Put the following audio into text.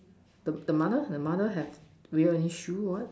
the the mother the mother have wearing any shoe one